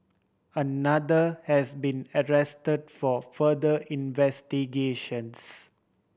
another has been arrest for further investigations